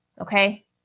okay